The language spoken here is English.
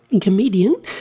comedian